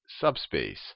subspace